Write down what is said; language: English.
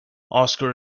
oscar